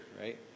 right